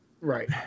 right